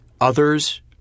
others